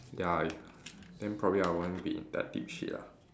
ya if then probably I won't be in that deep shit ah